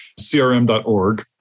crm.org